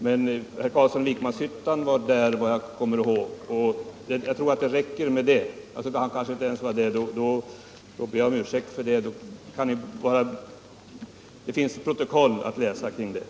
Herr Carlsson i Vikmanshyttan var där, såvitt jag kommer ihåg, och jag tycker att det räcker med det. — Om han inte heller var där, ber jag om ursäkt. Det finns i alla fall protokoll att läsa kring detta.